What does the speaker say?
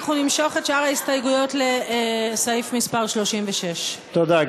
אנחנו נמשוך את שאר ההסתייגות לסעיף מס' 36. תודה,